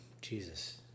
Jesus